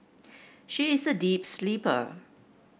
she is a deep sleeper